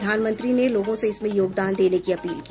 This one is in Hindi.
प्रधानमंत्री ने लोगों से इसमें योगदान देने की अपील की